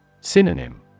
Synonym